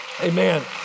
Amen